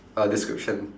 uh description